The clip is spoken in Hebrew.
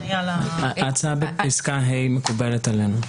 ההצעה בפסקה (ה) מקובלת עלינו.